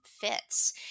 fits